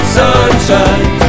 sunshine